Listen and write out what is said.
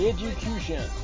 Education